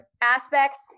aspects –